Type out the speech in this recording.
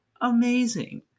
amazing